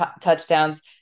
touchdowns